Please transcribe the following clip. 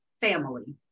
family